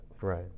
Right